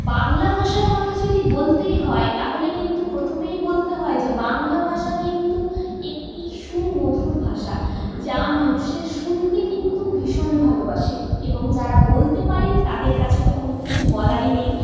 বাংলা ভাষার কথা যদি বলতেই হয় তাহলে কিন্তু প্রথমেই বলতে হয় যে বাংলা ভাষা কিন্তু একটি সুমধুর ভাষা যা মানুষের শুনতে কিন্তু ভীষণ ভালোবাসে এবং যারা বলতে পারেন তাদের কাছে তো কোনো কিছু বলারই নেই